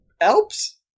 Alps